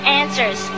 answers